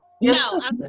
No